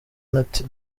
natty